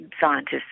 scientists